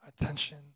attention